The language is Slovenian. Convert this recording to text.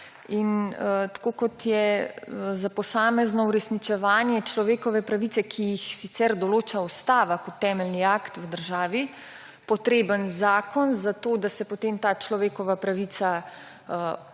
In tako kot je za posamezno uresničevanje človekove pravice, ki jo sicer določa ustava kot temeljni akt v državi, potreben zakon, da se potem ta človekova pravica